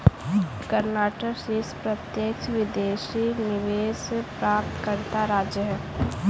कर्नाटक शीर्ष प्रत्यक्ष विदेशी निवेश प्राप्तकर्ता राज्य है